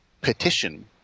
petition